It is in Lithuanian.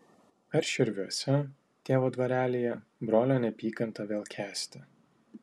ar širviuose tėvo dvarelyje brolio neapykantą vėl kęsti